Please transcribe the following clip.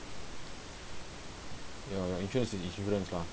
your interest in insurance lah